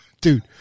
Dude